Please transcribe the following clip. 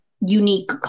unique